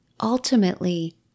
Ultimately